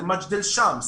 למג'דל שאמס,